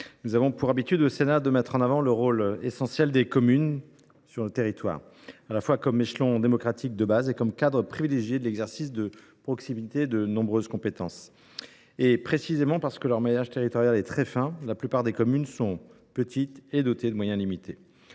nous avons pour habitude de mettre en avant le rôle vital des communes dans nos territoires, à la fois comme échelon démocratique de base et comme cadre privilégié de l’exercice de proximité de nombreuses compétences. En raison même de leur maillage territorial très fin, la plupart des communes sont petites et dotées de moyens limités.